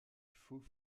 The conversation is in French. faux